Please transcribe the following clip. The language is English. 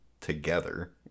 together